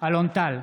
אלון טל,